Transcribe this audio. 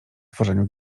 tworzeniu